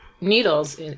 needles